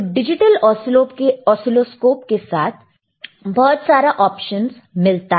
तो digital oscilloscope के साथ बहुत सारा ऑप्शंस मिलता है